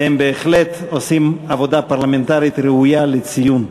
והם בהחלט עושים עבודה פרלמנטרית ראויה לציון.